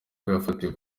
yafatiwe